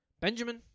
Benjamin